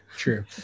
true